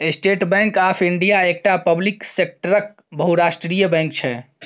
state bank of India एकटा public सेक्टरक बहुराष्ट्रीय बैंक छै